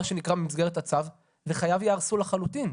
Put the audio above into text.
שנקרא במסגרת הצו וחייו יהרסו לחלוטין.